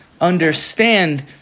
understand